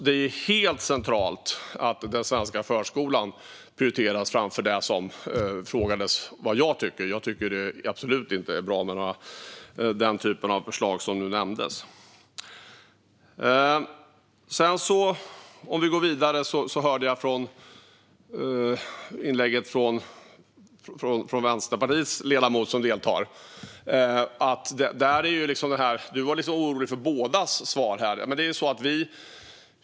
Det är helt centralt att den svenska förskolan prioriteras framför det som det ställdes frågor om. Den typen av förslag som nu nämndes tycker jag absolut inte är bra. Vi går vidare. I inlägget från Vänsterpartiets ledamot som deltar i debatten hörde jag att hon var lite orolig för bådas svar.